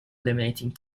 eliminating